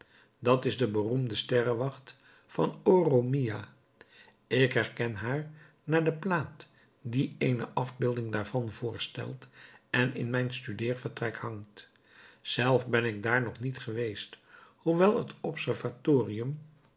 dat is de beroemde sterrenwacht van oroemiah ik herken haar naar de plaat die eene afbeelding daarvan voorstelt en in mijn studeervertrek hangt zelf ben ik daar nog niet geweest hoewel het observatorium